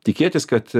tikėtis kad